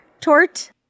tort